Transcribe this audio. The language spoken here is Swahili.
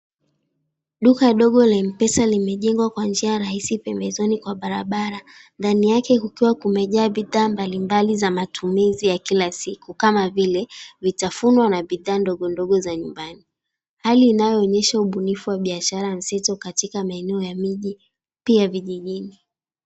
Duka dogo la M-pesa limejengwa kwa njia rahisi pembezoni kwa barabara. Ndani yake kukiwa kumejaa bidhaa mbalimbali za matumizi ya kila siku kama vile; vitafuno na bidhaa ndogo ndogo za nyumbani. Hali inayoonyesha ubunifu wa biashara mseto katika maeneo ya miji pia vijijini.